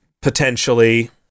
potentially